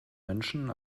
menschen